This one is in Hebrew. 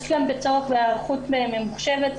יש היערכות ממוחשבת.